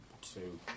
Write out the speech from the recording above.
Two